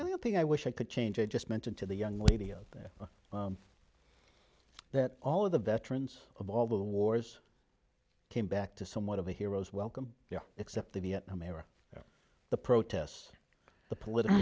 i think i wish i could change i just mentioned to the young lady oh there that all of the veterans of all the wars came back to somewhat of a hero's welcome yeah except the vietnam era the protests the political